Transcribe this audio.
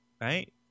right